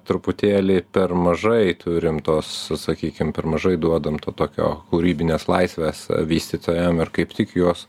truputėlį per mažai turim tos sakykim per mažai duodam to tokio kūrybinės laisvės vystytojas ir kaip tik juos